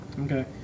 Okay